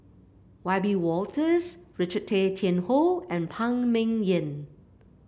Wiebe Wolters Richard Tay Tian Hoe and Phan Ming Yen